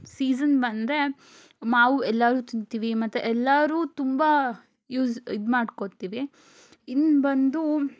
season ಬಂದರೆ ಮಾವು ಎಲ್ಲರೂ ತಿನ್ನುತ್ತೀವಿ ಮತ್ತೆ ಎಲ್ಲರೂ ತುಂಬ ಯೂಸ್ ಇದು ಮಾಡ್ಕೋತೀವಿ ಇನ್ನು ಬಂದು